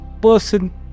person